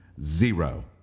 zero